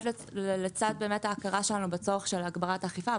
לצד באמת ההכרה שלנו בצורך של הגברת האכיפה,